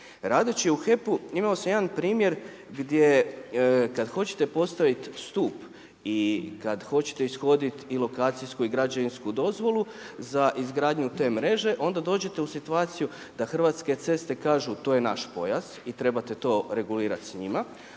Radeći u HEP-u imao sam jedan primjer gdje kada hoćete postaviti stup i kada hoćete ishoditi i lokacijsku i građevinsku dozvolu za izgradnju te mreže onda dođete u situaciju da Hrvatske ceste kažu to je naš pojas i trebate to regulirati s njima